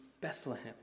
Bethlehem